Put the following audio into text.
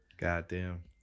Goddamn